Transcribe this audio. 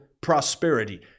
prosperity